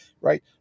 right